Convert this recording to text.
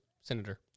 senator